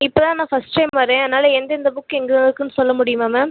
இப்போது தான் நான் ஃபஸ்ட் டைம் வர்றேன் அதனால எந்தெந்த புக் எங்கே இருக்குதுனு சொல்ல முடியுமா மேம்